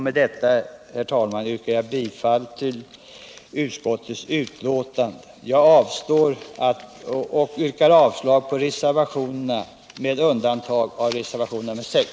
Med detta, herr talman, yrkar jag bifall till utskottets hemställan och avslag på reservationerna med undantag för reservationen 6.